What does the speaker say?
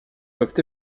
peuvent